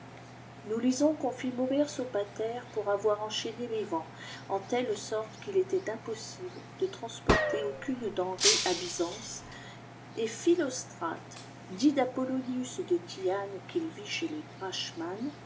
nous lisons qu'on fit mourir sopater pour avoir enchaîné les vents en telle sorte qu'il était impossible de transporter aucune denrée à bysance et philostrate dit d'appouonius de thyane qu'il vit chez les